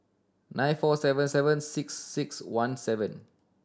nine four seven seven six six one seven